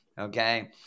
Okay